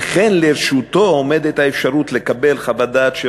וכן לרשותו עומדת האפשרות לקבל חוות דעת של